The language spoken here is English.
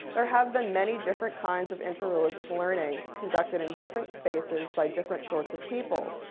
there have been many different kinds of interreligious learning conducted in different spaces by different sorts of people,